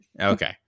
Okay